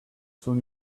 soon